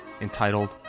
entitled